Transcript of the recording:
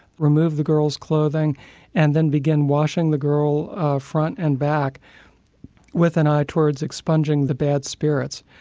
remove the girls clothing and then begin washing the girl front and back with an eye towards expunging the bad spirits.